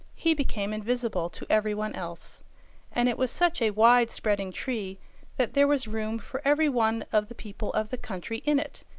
he became invisible to every one else and it was such a wide-spreading tree that there was room for every one of the people of the country in it,